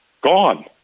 gone